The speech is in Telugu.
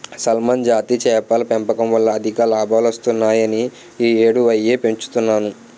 సాల్మన్ జాతి చేపల పెంపకం వల్ల అధిక లాభాలొత్తాయని ఈ యేడూ అయ్యే పెంచుతన్ను